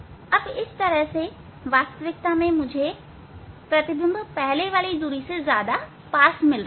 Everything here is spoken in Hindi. अब इस तरह से वास्तविकता में मुझे प्रतिबिंब पहले वाली दूरी से ज्यादा पास मिल रहा है